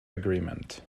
agreement